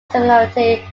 similarity